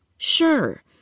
Sure